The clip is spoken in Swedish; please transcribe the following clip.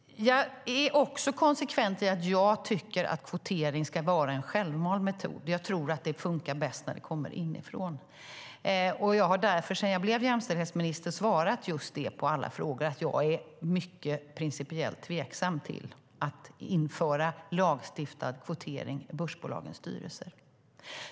Jag är också konsekvent i att jag tycker att kvotering ska vara en självvald metod. Jag tror att det funkar bäst när det kommer inifrån. Därför har jag sedan jag blev jämställdhetsminister på alla frågor svarat just att jag är mycket principiellt tveksam till att införa lagstiftad kvotering i börsbolagens styrelser.